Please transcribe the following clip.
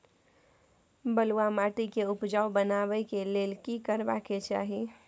बालुहा माटी के उपजाउ बनाबै के लेल की करबा के चाही?